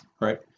Right